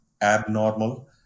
abnormal